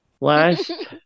last